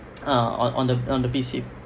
um on on the on the B_C_A